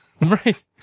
Right